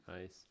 Nice